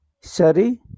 Sorry